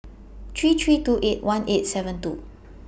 three three two eight one eight seven two